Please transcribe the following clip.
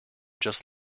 just